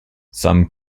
some